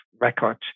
record